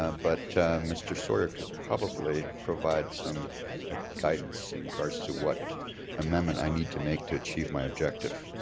ah but mr. sawyer could probably provide some ah guidance in regards to what amendment i need to make to achieve my objective.